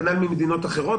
כנ"ל ממדינות אחרות.